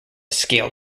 scale